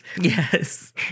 yes